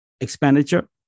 expenditure